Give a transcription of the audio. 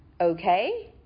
Okay